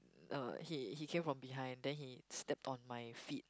uh he he came from behind then he stepped on my feet